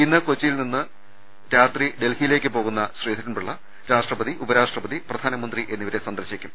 ഇന്ന് കൊച്ചിയിൽ നിന്ന് രാത്രി ഡൽഹിയിലേക്ക് പോകുന്ന ശ്രീധരൻപിള്ള രാഷ്ട്രപതി ഉപരാഷ്ട്രപതി പ്രധാനമന്ത്രി എന്നിവരെ സന്ദർശിക്കും